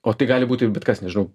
o tai gali būti ir bet kas nežinau